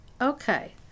Okay